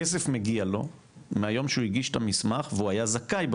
הכסף מגיע לו מהיום שהוא הגיש את המסמך והוא היה זכאי,